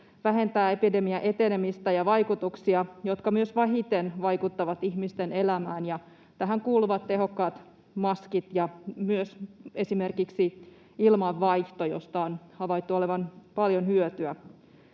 vähentää epidemian etenemistä ja vaikutuksia, jotka vähiten vaikuttavat ihmisten elämään, ja näihin kuuluvat tehokkaat maskit ja myös esimerkiksi ilmanvaihto, josta on havaittu olevan paljon hyötyä.